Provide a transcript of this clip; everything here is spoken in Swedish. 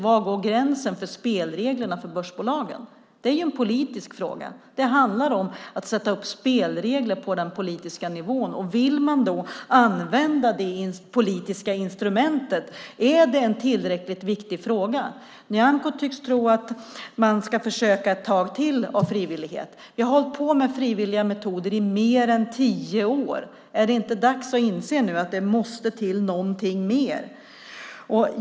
Var går gränsen för spelreglerna för börsbolagen? Det är en politisk fråga. Det handlar om att sätta upp spelregler på den politiska nivån. Vill man använda det politiska instrumentet? Är det en tillräckligt viktig fråga? Nyamko tycker att man ska försöka med frivillighet ett tag till. Vi har hållit på med frivilliga metoder i mer än tio år. Är det inte dags att inse att det måste till något mer?